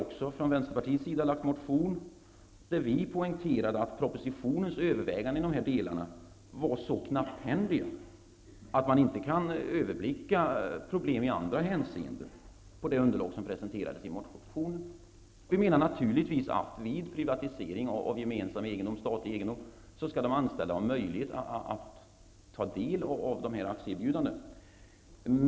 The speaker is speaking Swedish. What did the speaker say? Vi i Vänsterpartiet har väckt en motion där vi noterar att övervägandena i propositionen i dessa delar är så knapphändiga att det inte är möjligt att överblicka problem i andra hänseenden. Vid en privatisering av gemensam, statlig, egendom skall de anställda naturligtvis ha möjlighet att ta del av olika aktieerbjudanden.